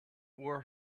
were